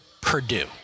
Purdue